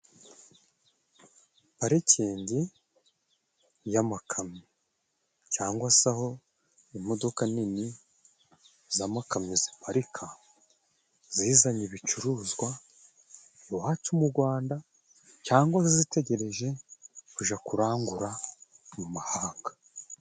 Parikingi y'amakamyo. Cyangwa se aho imodoka nini z'amakamyo ziparika, zizanye ibicuruzwa iwacu mu gwanda cyangwa zitegereje kuja kurangura mu mahanga.